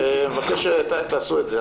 מבקש שתעשו את זה.